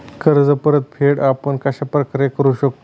कर्ज परतफेड आपण कश्या प्रकारे करु शकतो?